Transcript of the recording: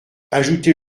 ajoutez